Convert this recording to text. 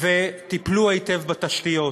וטיפלו היטב בתשתיות.